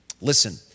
Listen